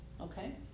Okay